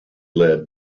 led